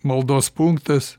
maldos punktas